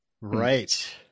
Right